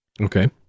Okay